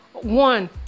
one